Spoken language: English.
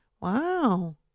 Wow